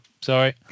Sorry